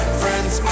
friends